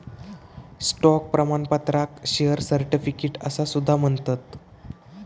stock प्रमाणपत्राक share certificate असा सुद्धा म्हणतत